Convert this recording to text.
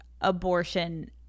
abortion